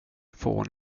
får